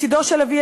מצדו של אבי,